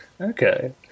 Okay